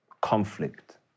conflict